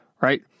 right